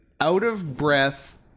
out-of-breath